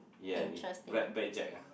ya black black jack ah